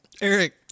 eric